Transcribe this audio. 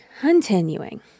Continuing